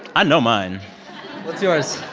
i know mine what's yours?